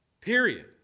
Period